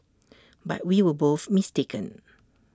but we were both mistaken